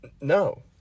No